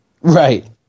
Right